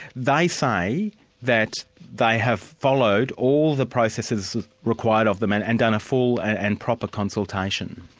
they say that they have followed all the processes required of them, and and done a full and proper consultation.